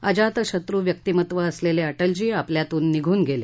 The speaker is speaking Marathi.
अजातशत्र् व्यक्तिमत्व असलेले अटलजी आपल्यातून निघून गेले